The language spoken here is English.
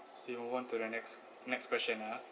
we move on to the next next question ah